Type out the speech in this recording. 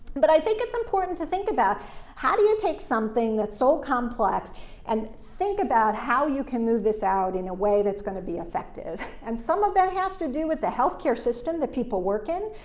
but i think it's important to think about how do you take something that's so complex and think about how you can move this out in a way that's going to be effective. and some of that has to do with the healthcare system that people work in.